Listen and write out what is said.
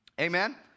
Amen